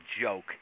joke